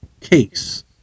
case